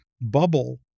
bubble